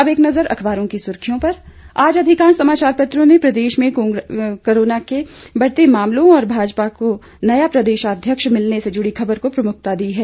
अब एक नजर अखबारों की सुर्खियों पर आज अधिकांश समाचार पत्रों ने प्रदेश में कोरोना के बढ़ते मामलों और भाजपा को नया प्रदेशाध्यक्ष मिलने से जुड़ी खबर को को प्रमुखता दी है